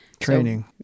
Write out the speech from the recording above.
Training